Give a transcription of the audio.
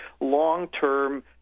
long-term